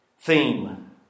theme